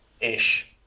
ish